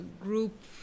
group